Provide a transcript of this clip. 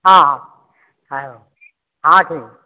ହଁ ହଁ ହଉହଁ ଠିକ୍ ଅଛି